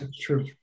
True